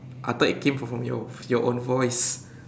I thought it came from from your your own voice